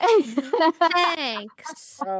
Thanks